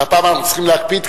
והפעם אנחנו צריכים להקפיד,